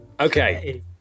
Okay